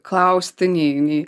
klausti nei nei